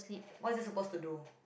what is it supposed to do